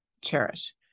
cherish